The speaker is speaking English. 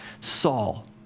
Saul